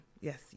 Yes